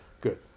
Good